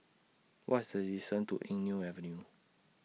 What's The distance to Eng Neo Avenue